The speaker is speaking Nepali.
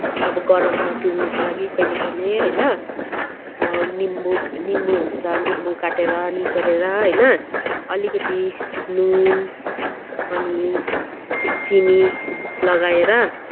अब गरममा पिउनुको लागि कहिले कहिले होइन निम्बु निम्बु हुन्छ निम्बु काटेर निचोरेर होइन अलिकति नुन अनि चिनी लगाएर